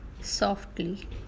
softly